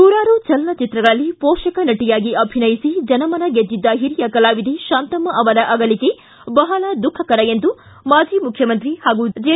ನೂರಾರು ಚಲನಚಿತ್ರಗಳಲ್ಲಿ ಪೋಷಕ ನಟಿಯಾಗಿ ಅಭಿನಯಿಸಿ ಜನಮನ ಗೆದ್ದಿದ್ದ ಹಿರಿಯ ಕಲಾವಿದೆ ತಾಂತಮ್ಮ ಅವರ ಆಗಲಿಕೆ ಬಹಳ ದುಃಖಕರ ಎಂದು ಮಾಜಿ ಮಖ್ಯಮಂತ್ರಿ ಹಾಗೂ ಜೆ